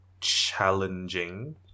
challenging